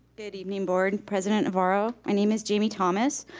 good evening board, president navarro, my name is jamie thomas,